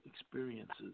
experiences